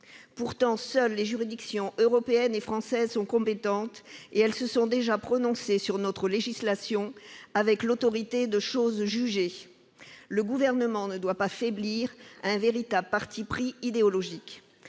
Or seules les juridictions européennes et françaises sont compétentes, et elles se sont déjà prononcées sur notre législation avec l'autorité de la chose jugée. Le Gouvernement ne doit pas faiblir face à ce qui relève d'un véritable parti pris idéologique.